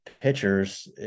pitchers